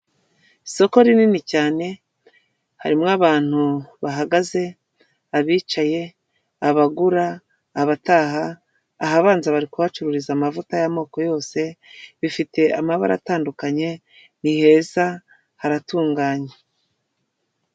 Isoko rinini cyane harimo abantu bahagaze, abicaye, abagura, abataha ahabanza bari kubahacururiza amavuta y'amoko yose rifite amabara atandukanye ni heza haratunganye.